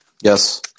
Yes